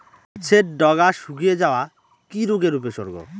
গাছের ডগা শুকিয়ে যাওয়া কি রোগের উপসর্গ?